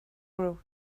road